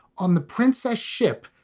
on the princess ship,